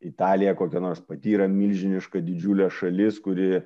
italija kokia nors pati yra milžiniška didžiulė šalis kuri